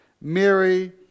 Mary